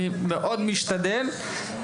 אני משתדל מאוד.